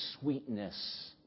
sweetness